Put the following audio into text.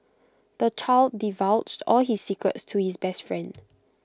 the child divulged all his secrets to his best friend